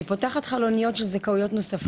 היא פותחת חלוניות של זכאויות נוספות.